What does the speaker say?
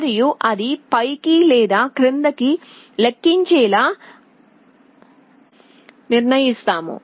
మరియు అది పైకి లేదా క్రిందికి లెక్కించాలా అని మేము ఎలా నిర్ణయిస్తాము